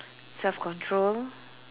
self control